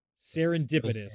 Serendipitous